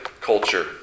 culture